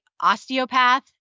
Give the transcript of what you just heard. osteopath